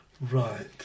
Right